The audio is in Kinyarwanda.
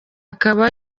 akaba